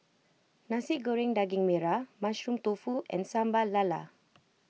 Nasi Goreng Daging Merah Mushroom Tofu and Sambal Lala